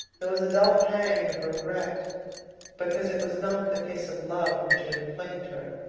there was a dull pang of regret because it was not the kiss of love which had inflamed her,